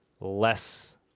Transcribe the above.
less